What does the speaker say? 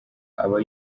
aba